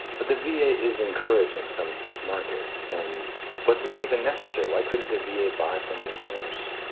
but the v a. is encouraging some of this market. and was this even necessary? why couldn't the v a. buy from the source?